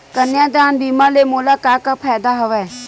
कन्यादान बीमा ले मोला का का फ़ायदा हवय?